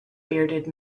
bearded